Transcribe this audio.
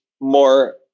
more